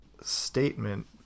statement